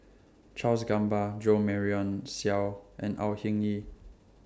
Charles Gamba Jo Marion Seow and Au Hing Yee